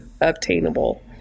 obtainable